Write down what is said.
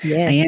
Yes